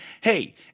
Hey